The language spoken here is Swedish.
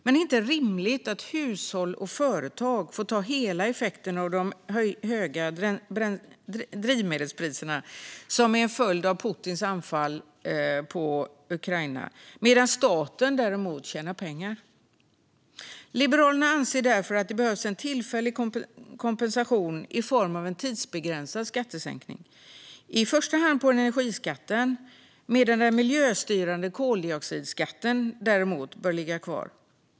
Men det är inte rimligt att hushåll och företag får ta hela effekten av de höga drivmedelspriserna, som är en följd av Putins anfall mot Ukraina, medan staten däremot tjänar pengar. Liberalerna anser därför att det behövs en tillfällig kompensation i form av en tidsbegränsad skattesänkning. I första hand gäller det energiskatten. Den miljöstyrande koldioxidskatten bör däremot ligga kvar.